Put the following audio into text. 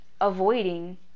avoiding